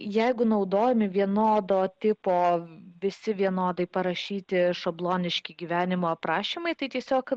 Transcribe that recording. jeigu naudojami vienodo tipo visi vienodai parašyti šabloniški gyvenimo aprašymai tiesiog